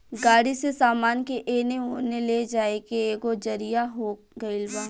गाड़ी से सामान के एने ओने ले जाए के एगो जरिआ हो गइल बा